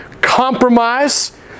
compromise